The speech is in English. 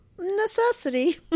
necessity